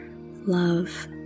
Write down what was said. love